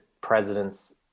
president's